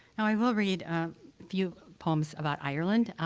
and i will read a few poems about ireland.